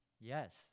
Yes